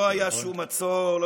לא היה שום מצור.